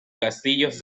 castillos